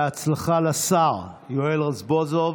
בהצלחה לשר יואל רזבוזוב.